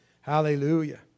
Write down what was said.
hallelujah